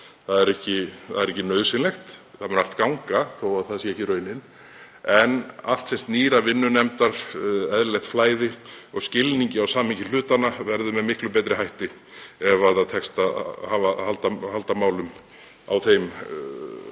Það er ekki nauðsynlegt, það mun allt ganga þó að það sé ekki raunin, en allt sem snýr að vinnu nefndar, eðlilegu flæði og skilningi á samhengi hlutanna verður miklu betra ef það tekst alltaf að halda málum á því róli.